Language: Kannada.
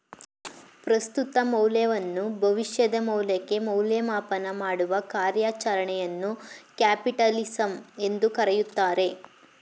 ಪ್ರಸ್ತುತ ಮೌಲ್ಯವನ್ನು ಭವಿಷ್ಯದ ಮೌಲ್ಯಕ್ಕೆ ಮೌಲ್ಯಮಾಪನ ಮಾಡುವ ಕಾರ್ಯಚರಣೆಯನ್ನು ಕ್ಯಾಪಿಟಲಿಸಂ ಎಂದು ಕರೆಯುತ್ತಾರೆ